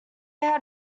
had